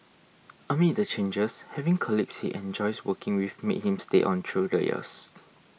amid the changes having colleagues he enjoys working with made him stay on through the years